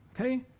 Okay